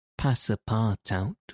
Passapartout